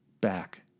back